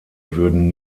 würden